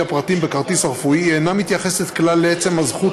הפרטים בכרטיס הרפואי אינה מתייחסת כלל לעצם הזכות